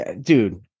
dude